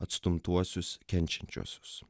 atstumtuosius kenčiančiuosius